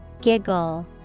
Giggle